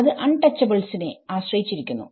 അത് അൺ ടച്ചബിൾസിനെ ആശ്രയിച്ചിരിക്കുന്നു